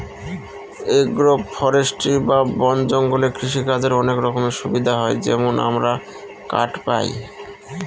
agro forestry বা বন জঙ্গলে কৃষিকাজের অনেক রকমের সুবিধা হয় যেমন আমরা কাঠ পায়